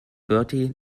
bertie